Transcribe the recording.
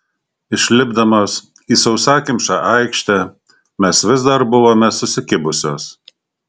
išlipdamos į sausakimšą aikštę mes vis dar buvome susikibusios